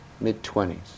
mid-twenties